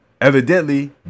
evidently